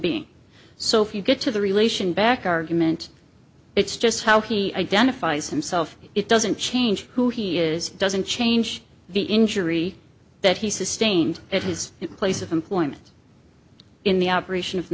being so if you get to the relation back argument it's just how he identifies himself it doesn't change who he is doesn't change the injury that he sustained at his place of employment in the operation of